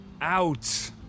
Out